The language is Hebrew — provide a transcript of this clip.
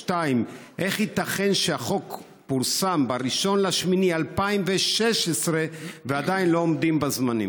2. איך ייתכן שהחוק פורסם ב-1 באוגוסט 2016 ועדיין לא עומדים בזמנים?